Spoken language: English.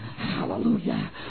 Hallelujah